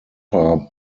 are